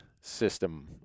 system